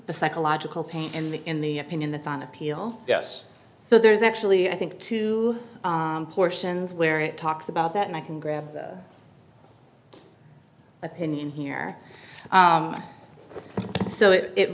the psychological pain in the in the opinion that's on appeal yes so there's actually i think two portions where it talks about that and i can grab the opinion here so it it